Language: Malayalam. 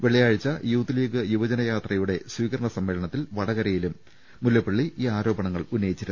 വെള്ളിയാഴ്ച യൂത്ത്ലീഗ് യുവജനയാത്രയുടെ സ്വീകരണസമ്മേളന ത്തിൽ വടകരയിലും മുല്ലപ്പളളി ഈ ആരോപണങ്ങൾ ഉന്നയിച്ചിരുന്നു